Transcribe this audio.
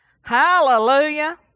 Hallelujah